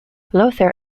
lothair